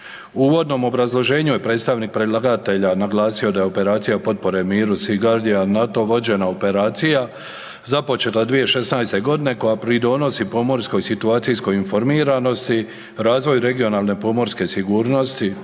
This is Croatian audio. uvodnom obrazloženju je predstavnik predlagatelja naglasio da je operacija potpore miru „Sea Guardian“ NATO vođena operacija započela 2016. godine koja pridonosi pomorskoj situaciji … razvoju regionalne pomorske sigurnosti,